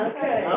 Okay